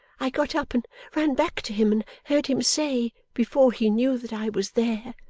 i got up and ran back to him, and heard him say, before he knew that i was there,